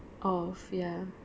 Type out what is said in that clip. off ya